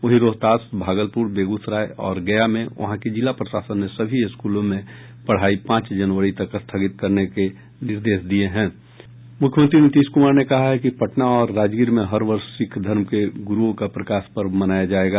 वहीं रोहतास भागलपुर बेगूसराय और गया में वहां के जिला प्रशासन ने सभी स्कूलों में पढ़ाई पांच जनवरी तक स्थगित करने के निर्देश दिये हैं मुख्यमंत्री नीतीश कुमार ने कहा है कि पटना और राजगीर में हर वर्ष सिख धर्म के गुरूओं का प्रकाश पर्व मनाया जायेगा